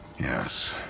Yes